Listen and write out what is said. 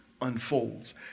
unfolds